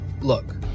Look